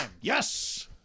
Yes